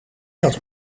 had